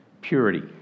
purity